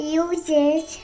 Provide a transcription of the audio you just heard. uses